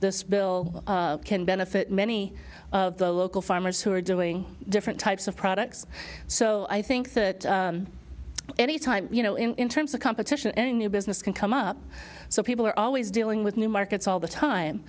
this bill can benefit many of the local farmers who are doing different types of products so i think that any time you know in terms of competition any new business can come up so people are always dealing with new markets all the time